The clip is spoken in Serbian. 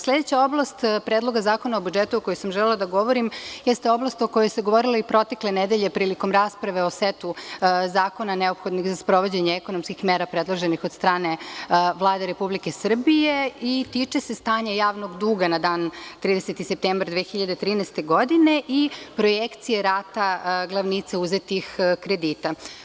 Sledeća oblast Predloga zakona o budžetu o kojoj sam želela da govorim jeste oblast o kojoj se govorilo i protekle nedelje prilikom rasprave o setu zakona neophodnih za sprovođenje ekonomskih mera predloženih od strane Vlade Republike Srbije i tiče se stanja javnog duga na dan 30. septembar 2013. godine i projekcije rata glavnice uzetih kredita.